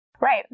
Right